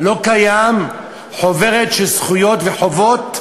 לא קיימת חוברת של זכויות וחובות,